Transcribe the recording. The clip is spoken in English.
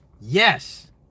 Yes